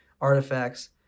artifacts